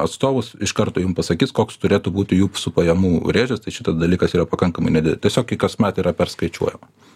atstovus iš karto jum pasakys koks turėtų būti jūsų pajamų rėžis tai šitas dalykas yra pakankamai nedi tiesiog ji kasmet yra perskaičiuojama